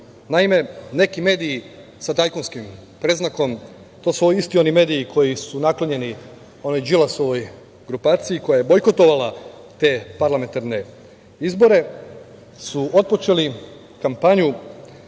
neki mediji sa tajkunskim predznakom, to su oni isti mediji koji su naklonjeni onoj Đilasovoj grupaciji, koja je bojkotovala te parlamentarne izbore, su otpočeli kampanju